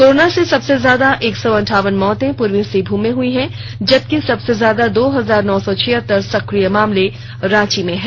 corona से सबसे ज्यादा एक सौ अंठावन मौतें पूर्वी सिंहभूम में हुईं है जबकि सबसे ज्यादा दो हजार नौ सौ छिहत्तर सक्रिय मामले रांची में हैं